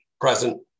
Present